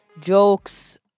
jokes